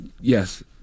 yes